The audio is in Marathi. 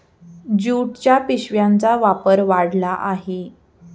ज्यूटच्या पिशव्यांचा वापर वाढला आहे